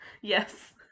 Yes